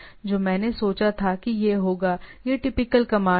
और जो मैंने सोचा था कि यह होगा ये टिपिकल कमांड हैं